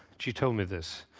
she told me this.